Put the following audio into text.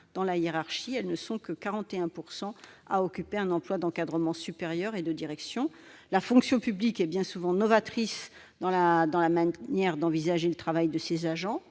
dans la hiérarchie. Elles ne sont que 41 % à occuper un emploi d'encadrement supérieur et de direction. » La fonction publique est bien souvent novatrice dans la manière d'envisager le travail de ses agents